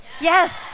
Yes